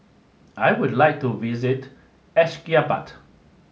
I would like to visit Ashgabat